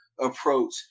approach